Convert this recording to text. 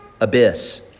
abyss